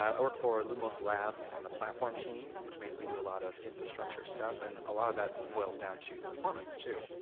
um i work for lumos labs on the platform team, which means we do a lot of infrastructure stuff and a lot of that boils down to performance, too.